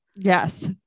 yes